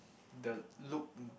the Luke